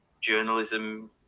journalism